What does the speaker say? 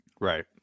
Right